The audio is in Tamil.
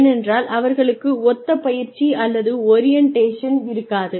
ஏனென்றால் அவர்களுக்கு ஒத்த பயிற்சி அல்லது ஒரியண்டேஷன் இருக்காது